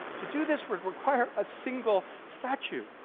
to do this would require a single statute,